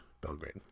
Belgrade